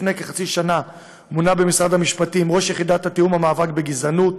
לפני כחצי שנה מונה במשרד המשפטים ראש יחידת תיאום למאבק בגזענות.